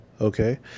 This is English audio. okay